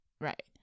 right